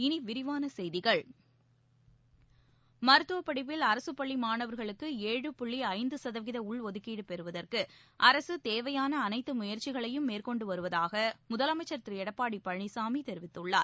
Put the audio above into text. இனி விரிவான செய்திகள் மருத்துவப் படிப்பில் அரசு பள்ளி மாணவர்களுக்கு ஏழு புள்ளி ஐந்து சதவீத உள்ஒதுக்கீடு பெறுவதற்கு அரசு தேவையான அனைத்து முயற்சிகளையும் மேற்கொண்டு வருவதாக முதலமைச்சர் திரு எடப்பாடி பழனிசாமி தெரிவித்துள்ளார்